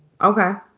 Okay